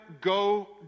go